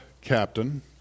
captain